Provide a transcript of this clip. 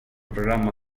programma